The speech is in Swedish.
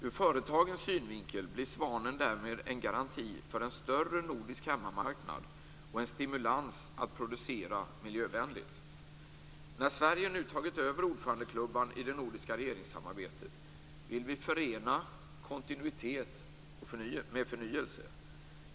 Ur företagens synvinkel blir svanen därmed en garanti för en större nordisk hemmamarknad och en stimulans att producera miljövänligt. När Sverige nu tagit över ordförandeklubban i det nordiska regeringssamarbetet vill vi förena kontinuitet med förnyelse.